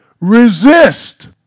Resist